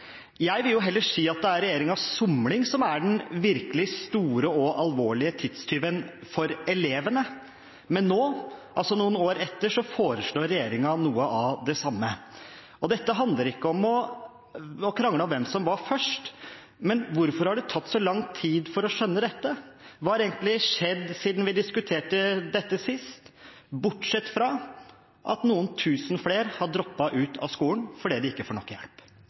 Jeg vil heller si at det er regjeringens somling som er den virkelig store og alvorlige tidstyven for elevene, men nå, noen år etter, foreslår regjeringen noe av det samme. Dette handler ikke om å krangle om hvem som var først, men hvorfor har det tatt så lang tid for å skjønne dette? Hva har egentlig skjedd siden vi diskuterte dette sist, bortsett fra at noen tusen flere har droppet ut av skolen fordi de ikke får nok hjelp?